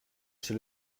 chez